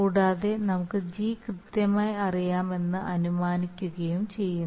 കൂടാതെ നമുക്ക് G കൃത്യമായി അറിയാമെന്ന് അനുമാനിക്കുകയും ചെയ്യുന്നു